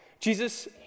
Jesus